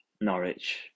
Norwich